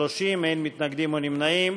30, אין מתנגדים או נמנעים.